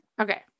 okay